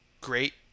great